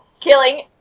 killing